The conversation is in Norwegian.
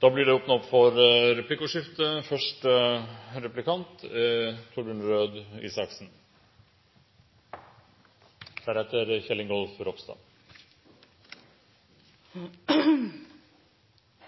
Det blir replikkordskifte. Jeg vil bare korrigere statsråden: Hun hørte helt sikkert at jeg sa at Høyre også kom til å stemme for